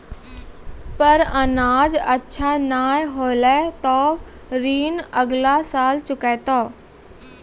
पर अनाज अच्छा नाय होलै तॅ ऋण अगला साल चुकैतै